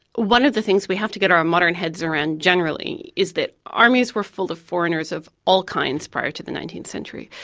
one of the things we have to get our modern heads around generally is that armies were full of foreigners of all kinds prior to the nineteenth century.